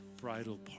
bridal